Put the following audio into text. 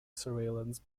surveillance